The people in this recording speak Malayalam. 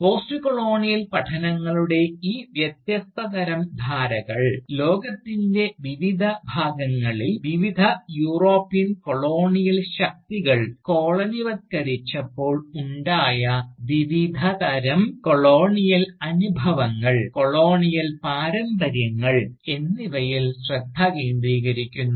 പോസ്റ്റ്കൊളോണിയൽ പഠനങ്ങളുടെ ഈ വ്യത്യസ്ത തരം ധാരകൾ ലോകത്തിൻറെ വിവിധ ഭാഗങ്ങളിൽ വിവിധ യൂറോപ്യൻ കൊളോണിയൽ ശക്തികൾ കോളനിവത്കരിച്ചപ്പോൾ ഉണ്ടായ വിവിധതരം കൊളോണിയൽ അനുഭവങ്ങൾ കൊളോണിയൽ പാരമ്പര്യങ്ങൾ എന്നിവയിൽ ശ്രദ്ധ കേന്ദ്രീകരിക്കുന്നു